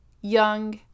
young